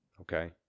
Okay